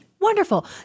Wonderful